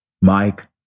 Mike